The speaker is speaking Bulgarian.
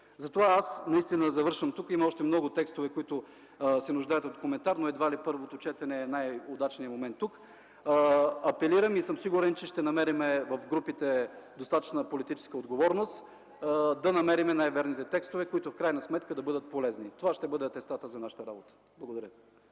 тя да бъде изпълнена. Тук има още много текстове, които се нуждаят от коментар, но едва ли първото четене е най-удачният момент тук. Апелирам и съм сигурен, че ще проявим в групите достатъчно политическа отговорност да намерим най-верните текстове, които в крайна сметка да бъдат полезни. Това ще бъде атестатът за нашата работа. Благодаря